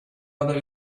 other